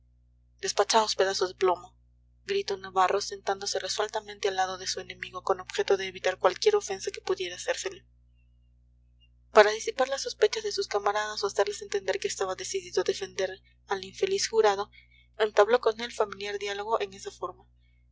despachaos pedazos de plomo gritó navarro sentándose resueltamente al lado de su enemigo con objeto de evitar cualquier ofensa que pudiera hacérsele para disipar las sospechas de sus camaradas o hacerles entender que estaba decidido a defender al infeliz jurado entabló con él familiar diálogo en esta forma